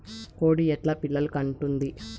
కోడి ఎట్లా పిల్లలు కంటుంది?